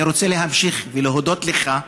אני רוצה להמשיך ולהודות לך: